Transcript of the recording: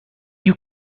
you